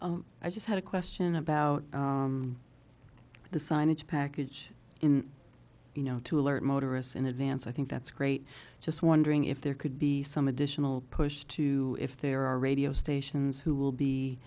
problem i just had a question about the signage package in you know to alert motorists in advance i think that's great just wondering if there could be some additional push to if there are radio stations who will be